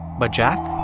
but jack.